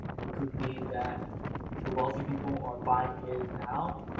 it could be that the wealthy people are buying in now.